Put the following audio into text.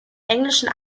englischen